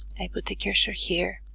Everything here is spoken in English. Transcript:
i put the cursor here,